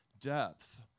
depth